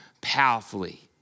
powerfully